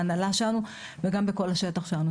בהנהלה שלנו וגם בכל השטח שלנו.